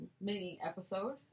mini-episode